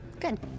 Good